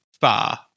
far